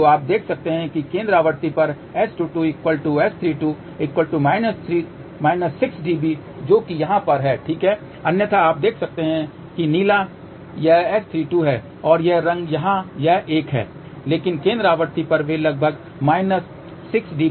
तो आप देख सकते हैं कि केंद्र आवृत्ति पर S22 S32 6 dB जो कि यहाँ पर ठीक है अन्यथा आप देख सकते हैं कि नीला यह S32 है और यह रंग यहाँ यह एक है लेकिन केंद्र आवृत्ति पर वे लगभग हैं 6 dB